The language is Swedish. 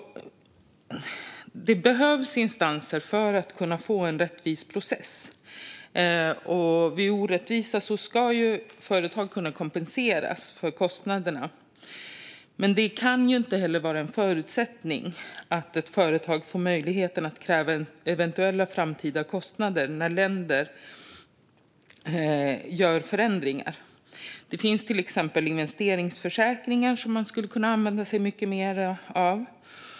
Det behövs instanser för att kunna få en rättvis process, och vid orättvisa ska företag kunna kompenseras för kostnaderna. Men det kan ju inte vara en förutsättning att ett företag får möjligheten att kräva eventuella framtida kostnader när länder gör förändringar. Det finns till exempel investeringsförsäkringar som man skulle kunna använda sig mycket mer av.